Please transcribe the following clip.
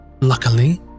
luckily